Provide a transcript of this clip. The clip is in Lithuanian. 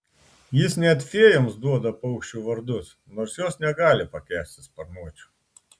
jis net fėjoms duoda paukščių vardus nors jos negali pakęsti sparnuočių